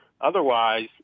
Otherwise